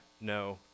no